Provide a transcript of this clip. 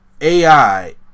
AI